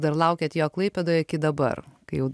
dar laukėt jo klaipėdoje iki dabar kai jau